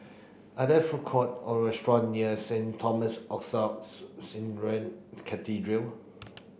are there food court or restaurant near Saint Thomas Orthodox Syrian Cathedral